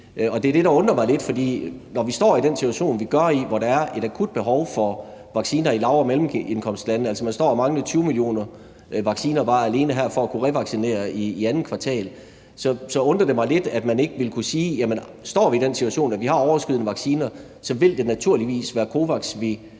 det er det, der undrer mig lidt. For når vi står i den situation, vi står i, hvor der er et akut behov for vacciner i lav- og mellemindkomstlande, altså man står og mangler 20 millioner vacciner bare alene her for at kunne revaccinere i andet kvartal, så undrer det mig lidt, at man ikke vil kunne sige, at står vi i den situation, at vi har overskydende vacciner, vil det naturligvis være COVAX, vi